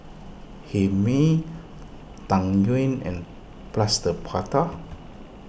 Hae Mee Tang Yuen and Plaster Prata